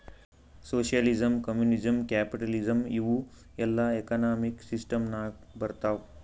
socialism, communism, capitalism ಇವೂ ಎಲ್ಲಾ economic system ನಾಗ್ ಬರ್ತಾವ್